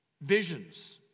Visions